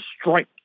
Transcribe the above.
strike